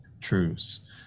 truce